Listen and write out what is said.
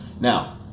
Now